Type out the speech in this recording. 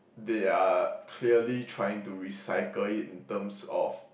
they are clearly trying to recycle it in terms of